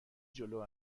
جلو